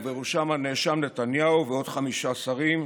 ובראשם הנאשם נתניהו ועוד חמישה שרים,